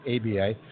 ABA